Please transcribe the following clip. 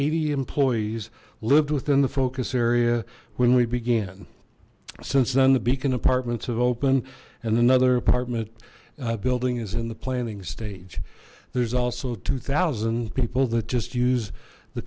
eighty employees lived within the focus area when we began since then the beacon apartments have opened and another apartment building is in the planning stage there's also two zero people that just use the